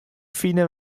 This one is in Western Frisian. fine